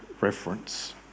reference